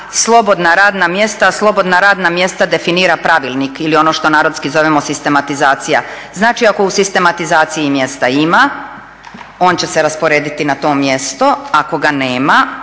slobodna radna mjesta. Slobodna radna mjesta definira pravilnik ili ono što narodski zovemo sistematizacija. Znači ako u sistematizaciji mjesta ima on će se rasporediti na to mjesto, ako ga nema